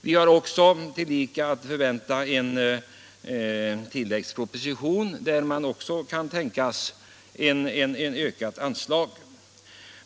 Vi har tillika att förvänta en tilläggsproposition, där det också kan tänkas föreslås ett ökat anslag.